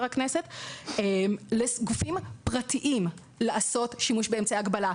לגופים פרטיים לעשות שימוש באמצעי הגבלה.